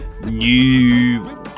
new